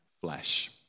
flesh